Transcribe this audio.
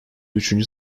üçüncü